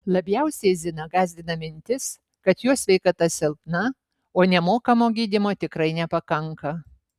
labiausiai ziną gąsdina mintis kad jos sveikata silpna o nemokamo gydymo tikrai nepakanka